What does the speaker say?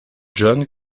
john